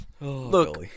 Look